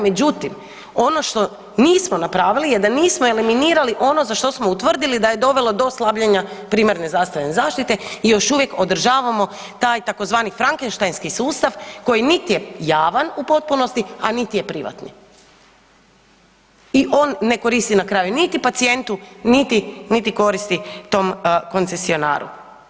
Međutim, ono što nismo napravili je da nismo eliminirali ono za što smo utvrdili da je dovelo do slabljenja primarne zdravstvene zaštite i još uvijek održavamo taj tzv. frankenštanski sustav koji nit je javan u potpunosti, a nit je privatni i on ne koristi na kraju niti pacijentu, niti, niti koristi tom koncesionaru.